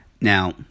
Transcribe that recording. Now